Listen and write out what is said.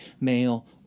male